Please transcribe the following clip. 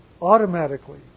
automatically